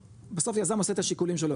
בסוף יזם עושה את השיקולים שלו,